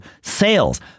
sales